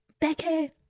Becky